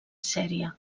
sèrie